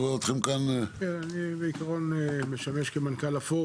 אני באתי לכאן כדי להתחבר להערה